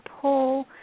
pull